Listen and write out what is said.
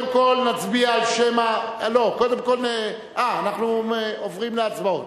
אנחנו עוברים להצבעות.